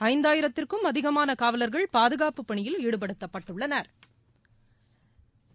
ஐந்தாயிரத்திற்கும் அதிகமான காவலங்கள் பாதுகாப்பு பணியில் ஈடுபடுத்தப்பட்டுள்ளனா்